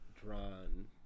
drawn